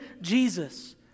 Jesus